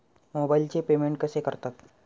मोबाइलचे पेमेंट कसे करतात?